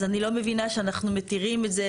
אז אני לא מבינה שאנחנו מתירים את זה,